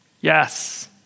Yes